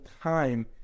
time